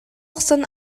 охсон